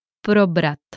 Probrat